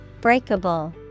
Breakable